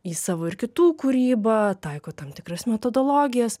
į savo ir kitų kūrybą taiko tam tikras metodologijas